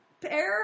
pair